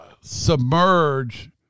submerge